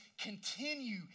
continue